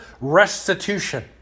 restitution